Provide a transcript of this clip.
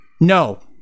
No